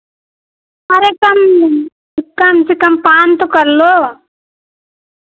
अरे कम तो कम से कम पाँच तो कर लो